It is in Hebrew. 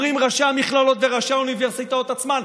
אומרים ראשי המכללות וראשי האוניברסיטאות עצמן: